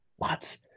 lots